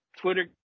Twitter